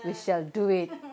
we shall do it